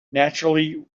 naturally